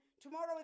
tomorrow